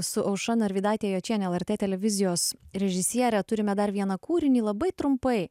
su aušra narvydaite jočiene lrt televizijos režisiere turime dar vieną kūrinį labai trumpai